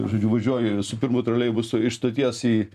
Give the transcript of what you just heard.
žodžiu važiuoju su pirmu troleibusu iš stoties į